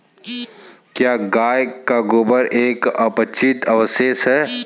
क्या गाय का गोबर एक अपचित अवशेष है?